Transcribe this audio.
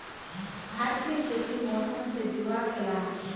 भारतीय खेती मौसम से जुआ खेलाह